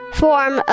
form